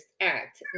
act